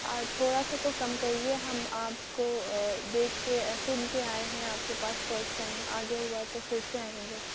آ تھورا سا تو کم کریئے ہم آپ کو دیکھ کے سُن کے آئے ہیں آپ کے پاس فسٹ ٹائم آگے ہُوا تو پھر سے آئیں گے